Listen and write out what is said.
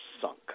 sunk